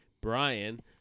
Brian